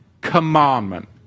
commandment